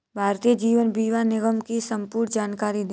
भारतीय जीवन बीमा निगम की संपूर्ण जानकारी दें?